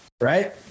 right